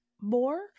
More